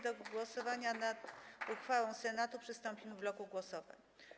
Do głosowania nad uchwałą Senatu przystąpimy w bloku głosowań.